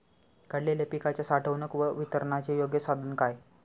काढलेल्या पिकाच्या साठवणूक व वितरणाचे योग्य साधन काय?